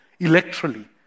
electorally